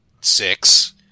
six